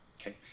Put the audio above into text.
Okay